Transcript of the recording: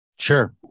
Sure